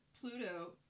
Pluto